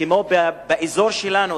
כמו באזור שלנו,